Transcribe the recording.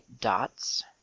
dots